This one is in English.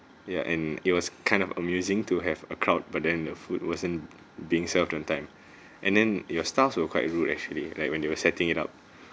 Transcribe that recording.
ya and it was kind of amusing to have a crowd but then the food wasn't being served on time and then your staffs were quite rude actually like when they were setting it up